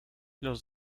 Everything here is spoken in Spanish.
los